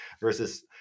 versus